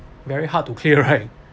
very hard to clear right